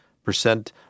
percent